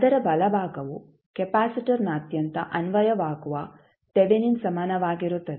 ಅದರ ಬಲಭಾಗವು ಕೆಪಾಸಿಟರ್ನಾದ್ಯಂತ ಅನ್ವಯವಾಗುವ ತೆವೆನಿನ್ ಸಮಾನವಾಗಿರುತ್ತದೆ